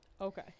Okay